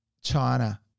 China